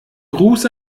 gruß